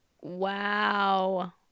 Wow